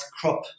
crop